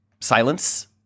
silence